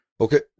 Okay